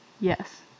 Yes